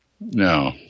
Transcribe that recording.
No